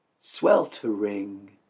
sweltering